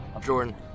Jordan